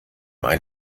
ein